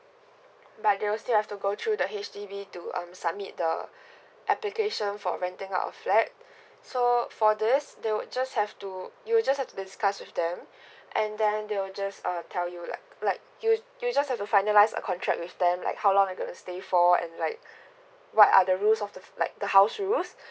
but they will still have to go through the H_D B to um submit the application for renting out of flat so uh for this they will just have to you'll just have to discuss with them and then they will just uh tell you luh like you you just have to finalise a contract with them like how long the stay for and like what are the rules of the like the house rules